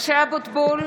משה אבוטבול,